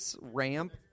ramp